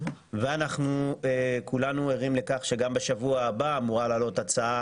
אנחנו כולנו ערים לכך שגם בשבוע הבא אמורה לעלות הצעה